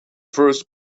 first